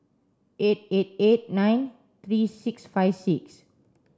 eight eight eight nine three six five six